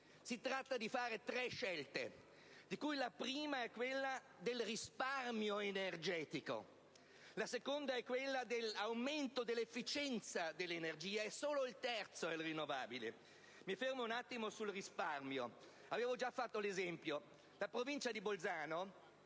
Si tratta di compiere tre scelte, di cui la prima è quella del risparmio energetico, la seconda è quella dell'aumento dell'efficienza dell'energia e solo la terza attiene alle rinnovabili. Mi soffermo sull'aspetto del risparmio. Avevo già citato un esempio. La provincia di Bolzano